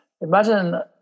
imagine